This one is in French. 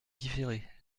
différer